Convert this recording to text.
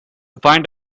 find